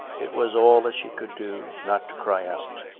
it was all that she could do not to cry out.